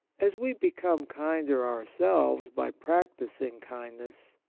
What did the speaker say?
as we become kinder ourselves by practising kindness,